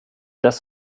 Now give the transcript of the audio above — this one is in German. das